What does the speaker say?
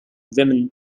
women